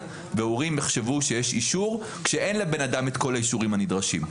והורים יחשבו שיש אישור כשאין לבן-אדם את כל האישורים הנדרשים.